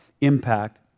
impact